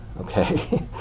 okay